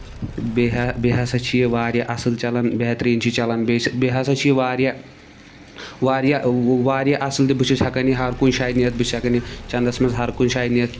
بیٚیہِ ہا بیٚیہِ ہسا چھُ یہِ واریاہ اَصٕل چلان بہتریٖن چھِ چلان بیٚیہِ ہسا چھُ یہِ واریاہ واریاہ اَصٕل تہِ بہٕ چھُس ہٮ۪کان یہِ ہَر کُنہِ جایہِ نِتھ بہٕ چھُس ہٮ۪کان یہِ چنٛدس منٛز ہَر کُنہِ جایہِ نِتھ